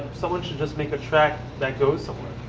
someone should just make a track that goes somewhere.